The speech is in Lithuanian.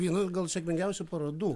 viena sėkmingiausių parodų